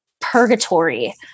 purgatory